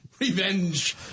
revenge